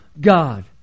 God